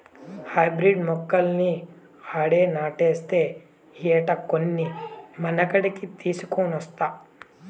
hybrid మొక్కలన్నీ ఆడే నాటేస్తే ఎట్టా, కొన్ని మనకాడికి తీసికొనొస్తా